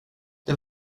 det